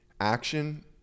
Action